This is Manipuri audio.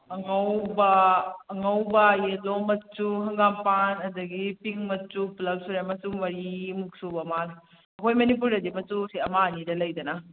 ꯑꯉꯧꯕ ꯑꯉꯧꯕ ꯌꯦꯜꯂꯣ ꯃꯆꯨ ꯍꯪꯒꯥꯝꯄꯥꯟ ꯑꯗꯒꯤ ꯄꯤꯡ ꯃꯆꯨ ꯄꯔꯄꯜ ꯃꯆꯨ ꯃꯔꯤꯃꯨꯛ ꯁꯨꯕ ꯃꯥꯜꯂꯦ ꯑꯩꯈꯣꯏ ꯃꯅꯤꯄꯨꯔꯗꯗꯤ ꯃꯆꯨꯁꯦ ꯑꯃ ꯑꯅꯤꯗ ꯂꯩꯗꯅ